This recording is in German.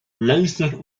laser